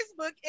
Facebook